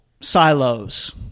silos